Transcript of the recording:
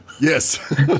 Yes